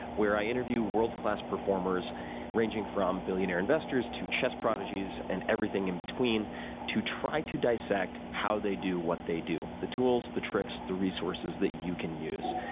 where i interview world-class performers ranging from billionaire investors to chess prodigies and everything in between to try to dissect how they do what they do. the tools, the tricks, the resources that you can use.